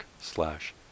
slash